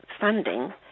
funding